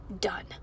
done